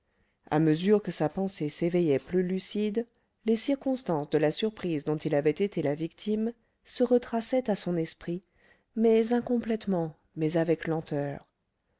à mesure que sa pensée s'éveillait plus lucide les circonstances de la surprise dont il avait été la victime se retraçaient à son esprit mais incomplètement mais avec lenteur